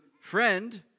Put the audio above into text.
friend